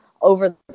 over